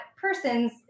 person's